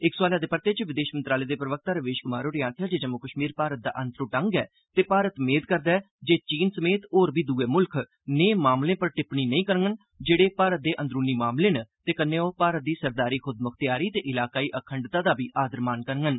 इक सोआलै दे परते च विदेश मंत्रालय दे प्रवक्ता रवीश कुमार होरें आक्खेआ जे जम्मू कश्मीर भारत दा अनत्रुष्ट अंग ऐ ते भारत मेद करदा ऐ जे चीन समेत होर बी दुए मुल्ख नेह् मामलें पर टिप्पणी नेईं करन जेड़े भारत दे अंदरुनी मामले न ते कन्नै ओह् मारत दी सरदारी खुदमुखत्यारी ते इलाकाई अखण्डता दा बी आदर मान करन